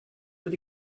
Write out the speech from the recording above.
with